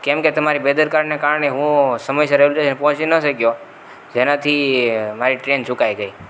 કેમકે તમારી બેદરકારીના કારણે હું સમયસર રેલવે ટેશન પહોંચી ન શક્યો જેનાથી મારી ટ્રેન ચુકાઈ ગઈ